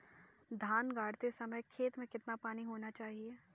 धान गाड़ते समय खेत में कितना पानी होना चाहिए?